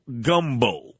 gumbo